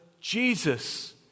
Jesus